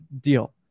deal